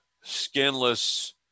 skinless